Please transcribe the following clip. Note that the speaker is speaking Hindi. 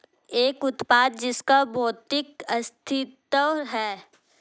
एक उत्पाद जिसका भौतिक अस्तित्व है?